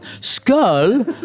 skull